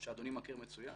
שאדוני מכיר מצוין,